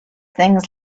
things